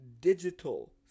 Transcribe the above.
digital